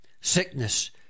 sickness